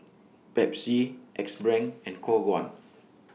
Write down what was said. Pepsi Axe Brand and Khong Guan